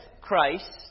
Christ